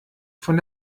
von